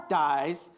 dies